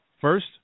first